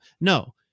No